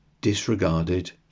disregarded